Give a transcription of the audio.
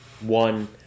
one